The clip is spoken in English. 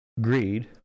greed